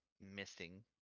missing